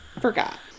Forgot